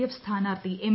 F സ്ഥാനാർത്ഥി M